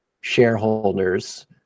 shareholders